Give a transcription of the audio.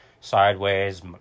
sideways